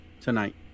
tonight